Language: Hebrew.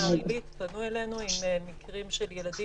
בביתר עילית פנו אלינו עם מקרים של אנשים